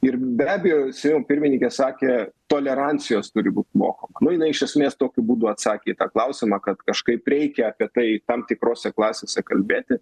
ir be abejo seimo pirmininkė sakė tolerancijos turi būt mokoma nu jinai iš esmės tokiu būdu atsakė į tą klausimą kad kažkaip reikia apie tai tam tikrose klasėse kalbėti